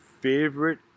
favorite